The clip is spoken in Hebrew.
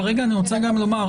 אני רוצה לומר,